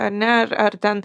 ar ne ar ar ten